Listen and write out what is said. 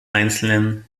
einzelnen